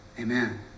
Amen